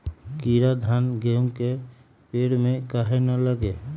कीरा धान, गेहूं के पेड़ में काहे न लगे?